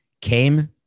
came